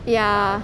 ya